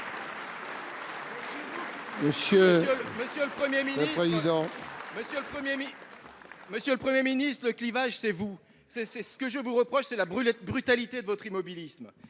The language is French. Monsieur le Premier ministre, le clivage, c’est vous ! Ce que je vous reproche, c’est la brutalité de votre immobilisme